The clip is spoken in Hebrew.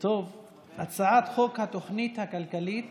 הצעת חוק התוכנית הכלכלית